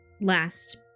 last